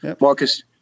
Marcus